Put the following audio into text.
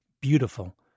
beautiful